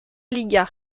liga